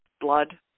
blood